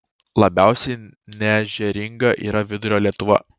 labiausiai neežeringa yra vidurio lietuva